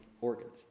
organs